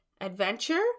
adventure